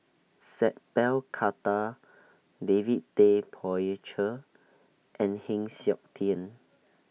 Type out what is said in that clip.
Sat Pal Khattar David Tay Poey Cher and Heng Siok Tian